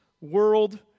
world